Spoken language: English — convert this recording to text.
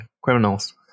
criminals